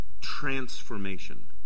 transformation